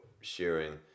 sharing